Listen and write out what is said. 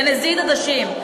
בנזיד עדשים,